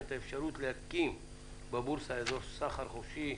את האפשרות להקים בבורסה אזור סחר חופשי,